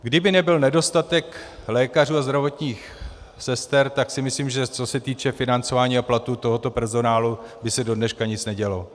Kdyby nebyl nedostatek lékařů a zdravotních sester, tak si myslím, že co se týče financování a platů tohoto personálu by se do dneška nic nedělo.